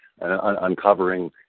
uncovering